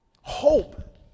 Hope